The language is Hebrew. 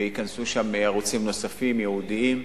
וייכנסו לשם ערוצים נוספים, ייעודיים.